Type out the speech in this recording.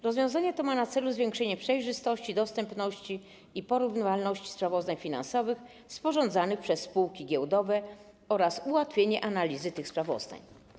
Rozwiązanie to ma na celu zwiększenie przejrzystości, dostępności i porównywalności sprawozdań finansowych sporządzanych przez spółki giełdowe oraz ułatwienie analizy tych sprawozdań.